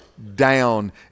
down